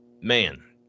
man